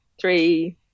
three